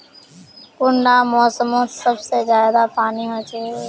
कुंडा मोसमोत सबसे ज्यादा पानी होचे?